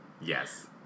Yes